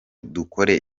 dukore